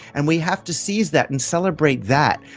and we have to seize that and celebrate that,